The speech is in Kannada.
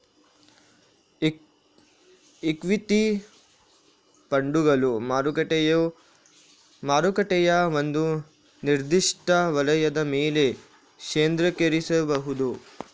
ಇಕ್ವಿಟಿ ಫಂಡುಗಳು ಮಾರುಕಟ್ಟೆಯ ಒಂದು ನಿರ್ದಿಷ್ಟ ವಲಯದ ಮೇಲೆ ಕೇಂದ್ರೀಕರಿಸಬಹುದು